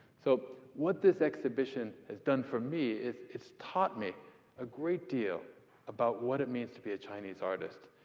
so, what this exhibition has done for me is it's taught me a great deal about what it means to be a chinese artist.